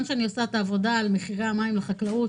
שאני עושה את העבודה על מחירי המים לחקלאות,